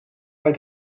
mij